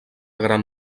gran